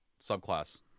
subclass